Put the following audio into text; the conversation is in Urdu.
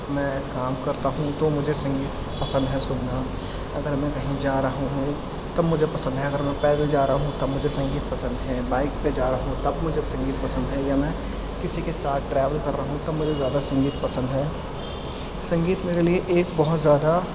میں کام کرتا ہوں تو مجھے سنگیت پسند ہے سننا اگر میں کہیں جا رہا ہوں تب مجھے پسند ہے اگر میں پیدل جا رہا ہوں تب مجھے سنگیت پسند ہے بائیک پہ جا رہا ہوں تب مجھے سنگیت پسند ہے یا میں کسی کے ساتھ ٹریول کر رہا ہوں تب مجھے زیادہ سنگیت پسند ہے سنگیت میرے لیے ایک بہت زیادہ